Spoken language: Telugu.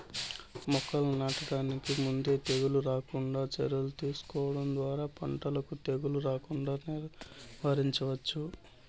మొక్కలను నాటడానికి ముందే తెగుళ్ళు రాకుండా చర్యలు తీసుకోవడం ద్వారా పంటకు తెగులు రాకుండా నివారించవచ్చు